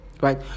right